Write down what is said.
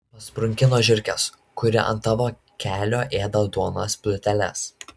pasprunki nuo žiurkės kuri ant tavo kelio ėda duonos pluteles